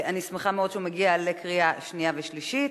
אני שמחה מאוד שהוא מגיע לקריאה שנייה ושלישית.